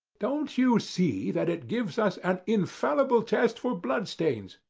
don't you see that it gives us an infallible test for blood stains.